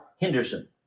Henderson